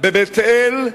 בבית-אל,